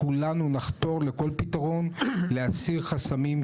כולנו נחתור לכל פתרון להסיר חסמים,